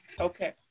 Okay